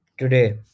Today